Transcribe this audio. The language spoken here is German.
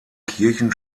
kirchen